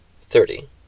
thirty